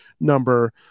number